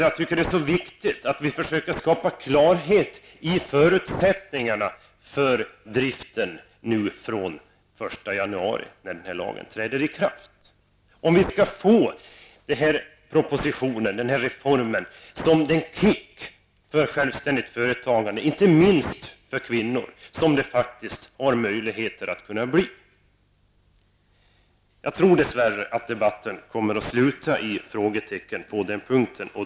Jag tycker att det är viktigt att vi försöker skapa klarhet i förutsättningarna för driften från den 1 januari, när lagen träder i kraft, om den här reformen skall bli den kick för självständigt företagande, inte minst för kvinnor, som den faktiskt har möjlighet att bli. Jag tror dess värre att debatten kommer att sluta i ett frågetecken på den punkten.